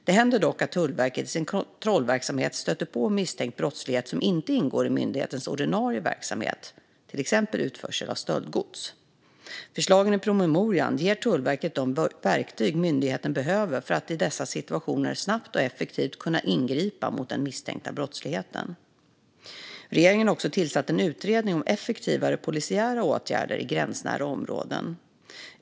Det händer dock att Tullverket i sin kontrollverksamhet stöter på misstänkt brottslighet som inte ingår i myndighetens ordinarie verksamhet, till exempel utförsel av stöldgods. Förslagen i promemorian ger Tullverket de verktyg myndigheten behöver för att i dessa situationer snabbt och effektivt kunna ingripa mot den misstänkta brottsligheten. Regeringen har också tillsatt en utredning om effektivare polisiära åtgärder i gränsnära områden.